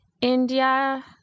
India